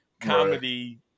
Comedy